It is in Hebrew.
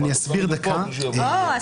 תסבירו מה התפקיד של השופט,